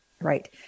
right